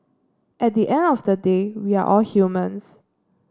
at the end of the day we are all humans